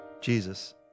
Jesus